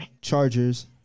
Chargers